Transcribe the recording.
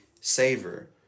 savor